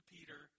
Peter